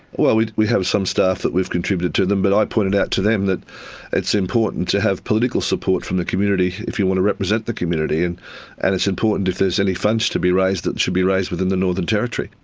well, we have some staff that we've contributed to them, but i pointed out to them that it's important to have political support from the community if you want to represent the community. and and it's important if there's any funds to be raised, that it should be raised within the northern territory.